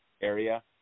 area